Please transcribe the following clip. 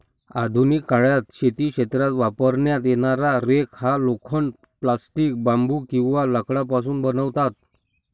आधुनिक काळात शेती क्षेत्रात वापरण्यात येणारा रेक हा लोखंड, प्लास्टिक, बांबू किंवा लाकडापासून बनवतात